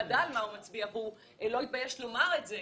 אפילו לא ידע על מה הוא מצביע ולא התבייש לומר את זה,